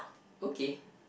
okay